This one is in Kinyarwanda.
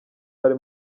ari